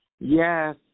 Yes